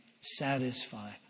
satisfy